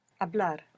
Hablar